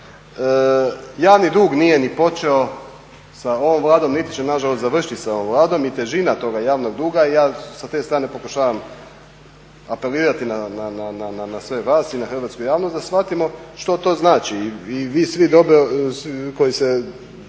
Javni dug nije ni počeo sa ovom Vladom niti će nažalost završiti sa ovom Vladom i težina toga javnog duga, ja sa te strane pokušavam apelirati na sve vas i na hrvatsku javnost da shvatimo što to znači. I vi svi dobro koji se